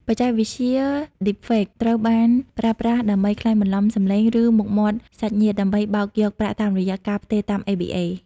បច្ចេកវិទ្យា Deepfake ត្រូវបានប្រើប្រាស់ដើម្បីក្លែងបន្លំសម្លេង ឬមុខមាត់សាច់ញាតិ ដើម្បីបោកយកប្រាក់តាមរយៈការផ្ទេរតាម ABA។